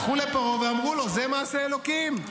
הלכו לפרעה ואמרו לו: זה מעשה אלוקים,